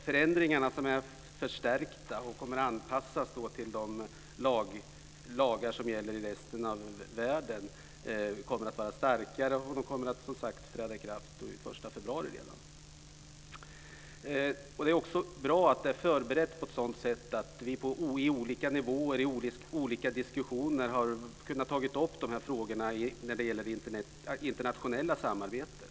Förändringarna, som innebär en förstärkning och kommer att anpassas till de lagar som gäller i resten av världen, kommer att träda i kraft redan den 1 februari. Det är också bra att det gjorts förberedelser på ett sådant sätt att vi på olika nivåer i olika diskussioner har kunnat ta upp frågorna om det internationella samarbetet.